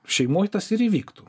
šeimoj tas ir įvyktų